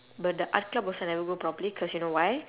but the art club I also never go properly cause you know why